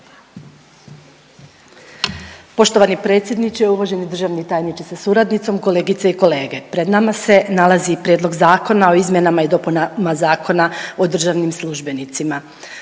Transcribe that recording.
potpredsjedniče. Poštovani državni tajniče sa suradnicom, poštovane kolegice i kolege, evo pred nama je Prijedlog Zakona o izmjeni i dopuni Zakona o državnim službenicima